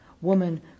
woman